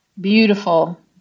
Beautiful